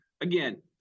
Again